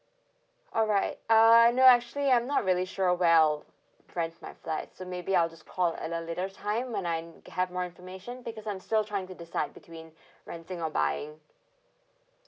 alright uh no actually I'm not really sure will I rent my flat so maybe I'll just call at a later time when I have more information because I'm still trying to decide between renting or buying